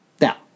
Now